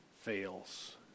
fails